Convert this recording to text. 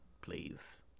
Please